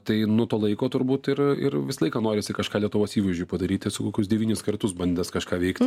tai nuo to laiko turbūt ir ir visą laiką norisi kažką lietuvos įvaizdžiui padaryti esu kokius devynis kartus bandęs kažką veikt